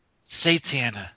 Satan